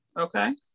Okay